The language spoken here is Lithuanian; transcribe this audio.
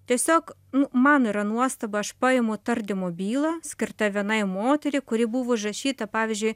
tiesiog nu man yra nuostaba aš paimu tardymo bylą skirta vienai moteriai kuri buvo užrašyta pavyzdžiui